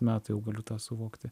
metų jau galiu tą suvokti